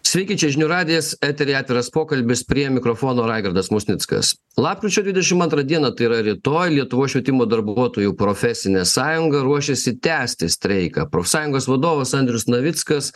sveiki čia žinių radijas eteryje atviras pokalbis prie mikrofono raigardas musnickas lapkričio dvidešim antrą dieną tai yra rytoj lietuvos švietimo darbuotojų profesinė sąjunga ruošiasi tęsti streiką profsąjungos vadovas andrius navickas